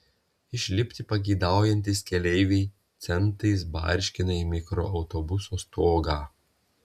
išlipti pageidaujantys keleiviai centais barškina į mikroautobuso stogą